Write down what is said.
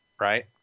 right